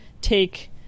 take